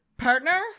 partner